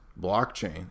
blockchain